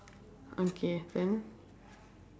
okay then